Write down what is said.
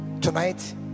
tonight